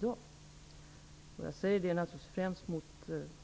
Detta sagt naturligtvis främst mot